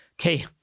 okay